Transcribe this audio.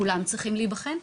כולם צריכים להיבחן.